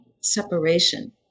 separation